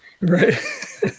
Right